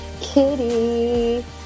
Kitty